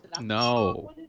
No